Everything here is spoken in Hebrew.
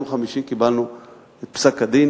וביום חמישי קיבלנו את פסק-הדין